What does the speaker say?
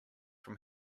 from